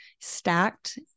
stacked